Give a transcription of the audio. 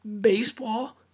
Baseball